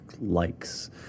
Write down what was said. likes